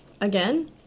Again